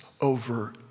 over